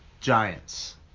Giants